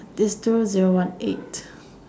this two zero one eight